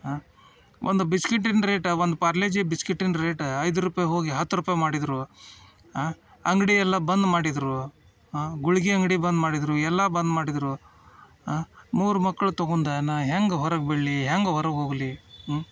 ಒಂದು ಬಿಸ್ಕಿಟಿನ ರೇಟ ಒಂದು ಪಾರ್ಲೇ ಜಿ ಬಿಸ್ಕಿಟಿನ ರೇಟ ಐದು ರೂಪಾಯಿ ಹೋಗಿ ಹತ್ತು ರೂಪಾಯಿ ಮಾಡಿದರು ಅಂಗಡಿಯೆಲ್ಲ ಬಂದ್ ಮಾಡಿದರು ಹಾಂ ಗುಳಿಗೆ ಅಂಗಡಿ ಬಂದ್ ಮಾಡಿದರು ಎಲ್ಲ ಬಂದ್ ಮಾಡಿದರು ಮೂರು ಮಕ್ಳು ತಗೊಂಡು ನಾನು ಹೆಂಗೆ ಹೊರಗೆ ಬೀಳಲಿ ಹೆಂಗೆ ಹೊರಗೆ ಹೋಗ್ಲಿ